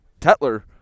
Tetler